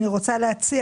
אני רוצה להציע,